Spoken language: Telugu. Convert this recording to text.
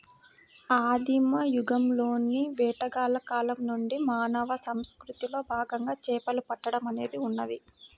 ఆదిమ యుగంలోని వేటగాళ్ల కాలం నుండి మానవ సంస్కృతిలో భాగంగా చేపలు పట్టడం అనేది ఉన్నది